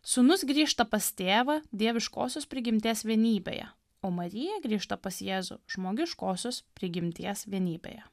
sūnus grįžta pas tėvą dieviškosios prigimties vienybėje o marija grįžta pas jėzų žmogiškosios prigimties vienybėje